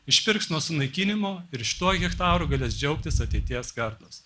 išpirks nuo sunaikinimo ir šituo hektarų galės džiaugtis ateities kartos